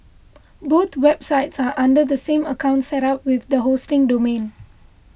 both websites are under the same account set up with the hosting domain